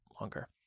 longer